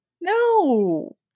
no